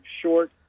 short